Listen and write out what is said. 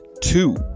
two